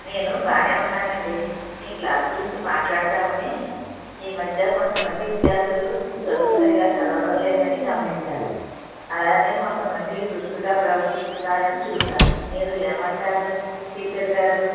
నేను బాగానే ఉన్నాను అండి మీ క్లాస్ గురించి మాట్లాడుదాము అని ఈ మధ్య కొంతమంది విద్యార్థులు చదువు సరిగ్గా చదవడం లేదని గమనించాను అలానే కొంతమంది దురుసుగా ప్రవర్తిస్తున్నారు అని చూశాను మీరు ఏమంటారు టీచర్ గారు